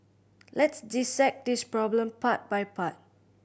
let's dissect this problem part by part